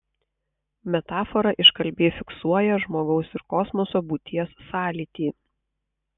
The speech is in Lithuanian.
metafora iškalbiai fiksuoja žmogaus ir kosmoso būties sąlytį